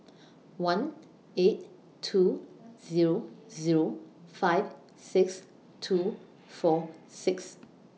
one eight two Zero Zero five six two four six